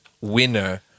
winner